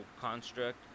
construct